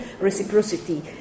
reciprocity